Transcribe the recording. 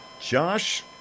Josh